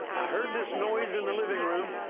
i heard this noise in the living room,